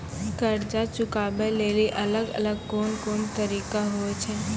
कर्जा चुकाबै लेली अलग अलग कोन कोन तरिका होय छै?